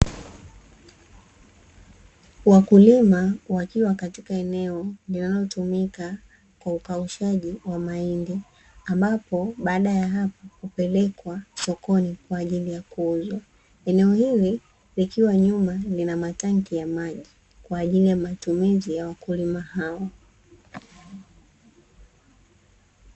Wakulima wakiwa katika eneo linalotumika kwa ukaushaji wa maembe ambapo baada ya hapo hupelekwa sokoni kwa ajili ya kuuzwa. Eneo hili kwa nyuma kuna matanki ya maji kwa ajili ya matumizi ya wakulima hao.